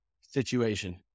situation